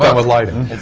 um with lighting.